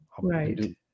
right